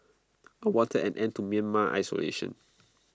I wanted an end to Myanmar's isolation